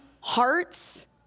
hearts